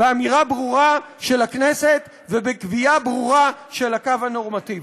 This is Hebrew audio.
באמירה ברורה של הכנסת ובקביעה ברורה של הקו הנורמטיבי.